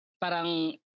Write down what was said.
parang